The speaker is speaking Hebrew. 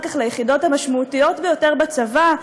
כך ליחידות המשמעותיות ביותר בצבא.